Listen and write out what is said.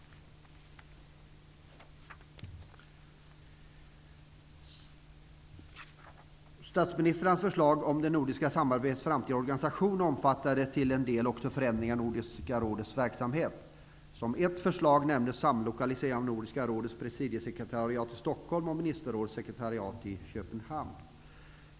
Statsministrarnas förslag om det nordiska samarbetets framtida organisation omfattade till en del också förändringar i Nordiska rådets verksamhet. Som ett förslag nämndes samlokalisering av Nordiska rådets presidiesekretariat i Stockholm och ministerrådets sekretariat i Köpenhamn.